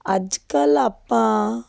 ਅੱਜ ਕੱਲ੍ਹ ਆਪਾਂ